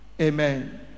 Amen